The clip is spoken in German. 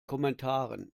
kommentaren